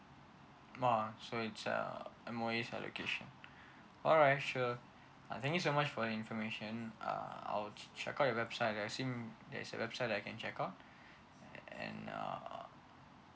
oh so it's err M_O_E's allocation alright sure thank you so much for information uh I will check out your website I assume there's a website that I can check out and ah